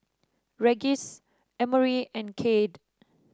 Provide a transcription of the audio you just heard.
Regis Emory and Cade